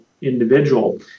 individual